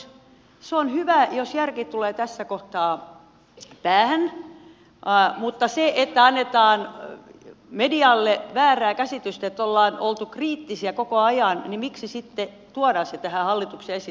se on hyvä jos järki tulee tässä kohtaa päähän mutta jos annetaan medialle väärin käsitystä siitä että oltaisiin oltu kriittisiä koko ajan niin miksi sitten tuodaan se hallituksen esitys tänne saliin